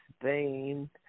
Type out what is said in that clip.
Spain